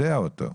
יודע עליו.